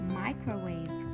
microwave